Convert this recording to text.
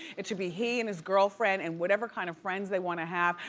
it should be he and his girlfriend and whatever kind of friends they wanna have.